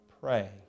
pray